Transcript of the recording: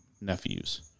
nephews